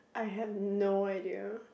I have no idea